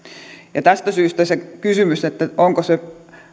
ja tästä syystä on kysymys siitä onko se